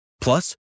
Plus